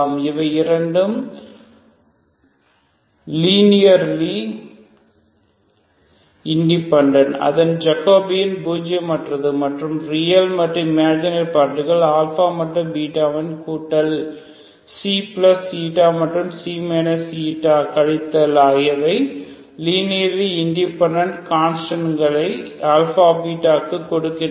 இவை இரண்டும் linearly independent அதன் ஜகோபியன் பூஜ்ஜியம் மற்றது மற்றும் ரியல் மற்றும் இமஜினரி பார்ட்டுகள் αβ இதன் கூட்டல் ξ மற்றும் ξ கழித்தல் ஆகியவை லீனியர்லி இண்டிபெண்டன்ட் சில கான்ஸ்டென்களை αβ க்கு கொடுக்கிறோம்